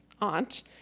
aunt